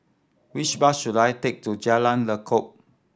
which bus should I take to Jalan Lekub